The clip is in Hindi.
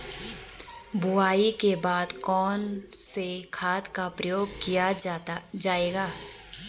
बुआई के बाद कौन से खाद का प्रयोग किया जायेगा?